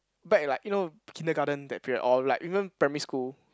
back at like you know kindergarten that period or like even primary school